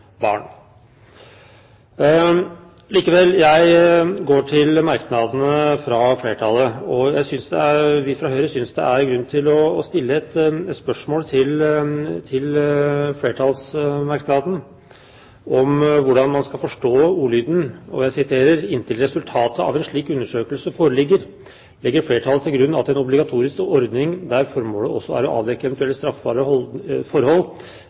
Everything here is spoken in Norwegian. barn. Likevel, jeg går til merknadene fra flertallet. Vi fra Høyre synes det er grunn til å stille et spørsmål til flertallsmerknaden om hvordan man skal forstå ordlyden: «Inntil resultatet av en slik undersøkelse foreligger, legger flertallet til grunn at en obligatorisk ordning der formålet også er å avdekke eventuelle straffbare forhold,